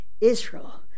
Israel